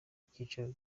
icyicaro